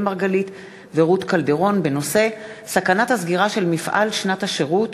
מרגלית ורות קלדרון בנושא: סכנת הסגירה של מפעל שנת השירות,